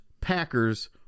Packers